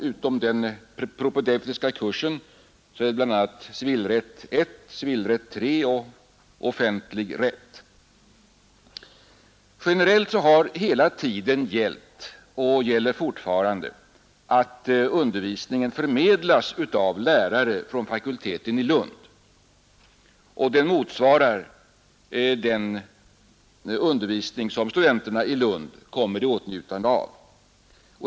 Utom den propedeutiska kursen är det bl.a. civilrätt I, civilrätt III och offentlig rätt. Generellt har hela tiden gällt och gäller fortfarande att undervisningen förmedlas av lärare från fakulteten i Lund, och den motsvarar den undervisning som studenterna i Lund kommer i åtnjutande av.